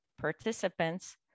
participants